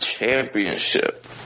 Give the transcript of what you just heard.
Championship